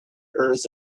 earth